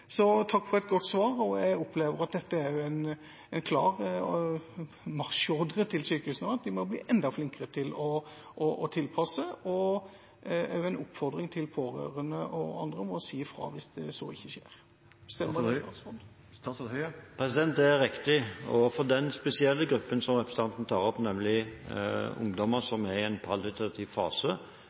sykehusene om at de må bli enda flinkere til å tilpasse, og er også en oppfordring til pårørende og andre om å si fra hvis så ikke skjer. Stemmer det, statsråd? Det er riktig for den spesielle gruppen som representanten tar opp, nemlig ungdommer som er i en palliativ fase.